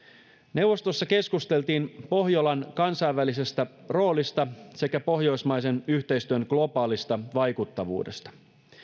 neuvostossa keskusteltiin pohjolan kansainvälisestä roolista sekä pohjoismaisen yhteistyön globaalista vaikuttavuudesta